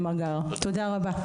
תודה רבה.